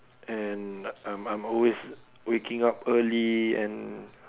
and I'm I'm always waking up early and